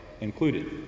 included